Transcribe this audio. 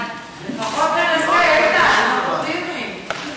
ההצעה להעביר את הנושא לוועדה לקידום מעמד האישה ולשוויון מגדרי נתקבלה.